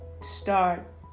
start